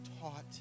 taught